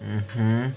mmhmm